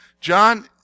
John